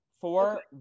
four